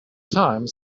time